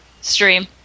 stream